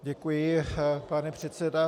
Děkuji, pane předsedo.